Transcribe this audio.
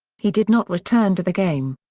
he did not return to the game.